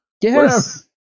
Yes